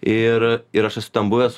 ir ir aš esu ten buvęs